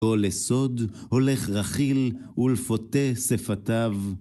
כל אסוד הולך רחיל ולפותה שפתיו.